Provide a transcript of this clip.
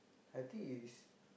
I think it is